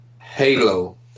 Halo